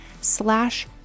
slash